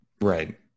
Right